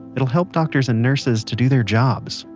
it'll help doctors and nurses to do their jobs,